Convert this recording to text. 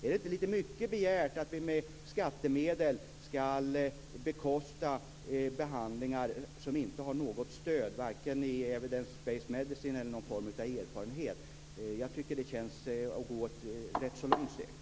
Är det inte lite mycket begärt att vi med skattemedel skall bekosta behandlingar som inte har något stöd i Evidence Based Medicine och som det inte finns någon form av erfarenhet av? Jag tycker att det känns som ett rätt så långt steg.